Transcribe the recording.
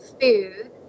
food